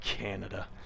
Canada